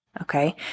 Okay